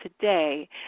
today